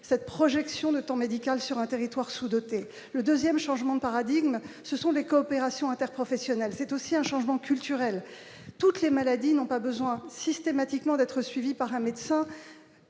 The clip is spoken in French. cette projection de temps médical sur un territoire sous-dotées, le 2ème changement de paradigme, ce sont les coopérations inter-professionnel, c'est aussi un changement culturel, toutes les maladies non pas besoin systématiquement d'être suivis par un médecin,